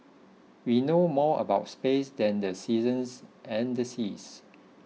we know more about space than the seasons and the seas